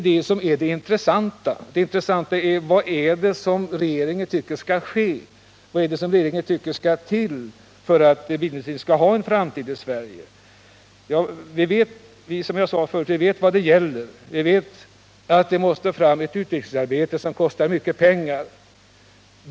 Det intressanta är emellertid vad regeringen anser bör ske för att den svenska bilindustrin skall ha en framtid. Vi vet, som sagt, vad det gäller, vi vet att det krävs ett utvecklingsarbete som kostar mycket pengar.